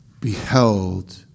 beheld